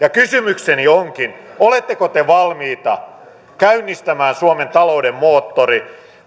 kysymykseni onkin oletteko te valmiita käynnistämään suomen talouden moottorin